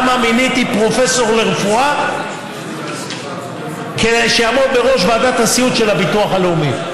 למה מיניתי פרופסור לרפואה שיעמוד בראש ועדת הסיעוד של הביטוח הלאומי.